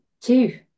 two